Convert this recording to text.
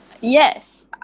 yes